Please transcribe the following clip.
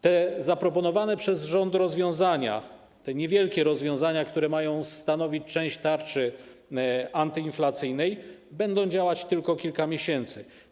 Te zaproponowane przez rząd rozwiązania, te niewielkie rozwiązania, które mają stanowić część tarczy antyinflacyjnej, będą działały tylko kilka miesięcy.